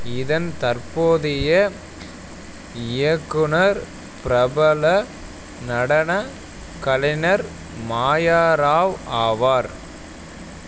இதன் தற்போதைய இயக்குனர் பிரபல நடனக் கலைஞர் மாயா ராவ் ஆவார்